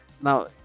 Now